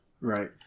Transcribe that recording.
Right